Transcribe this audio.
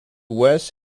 wes